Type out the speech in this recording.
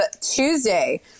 tuesday